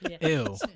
Ew